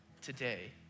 today